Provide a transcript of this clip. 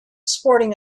sporting